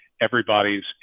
everybody's